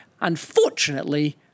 Unfortunately